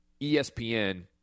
ESPN